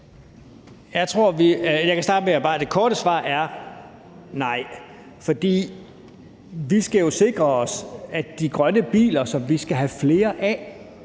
det korte svar er nej. For vi skal jo sikre os, at de grønne biler, som vi skal have flere af,